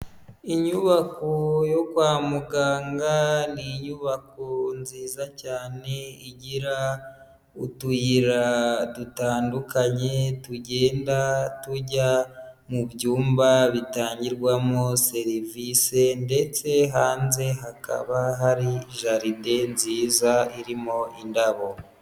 Inyubako yo kwa muganga ni inyubako nziza cyane igira utuyira dutandukanye tugenda tujya mu byumba bitangirwamo serivise ndetse hanze hakaba hari jaride nziza irimo indabo.